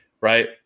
Right